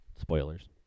Spoilers